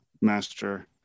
Master